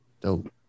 dope